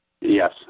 yes